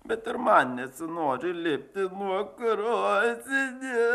bet ir man nesinori lipti nuo krosnie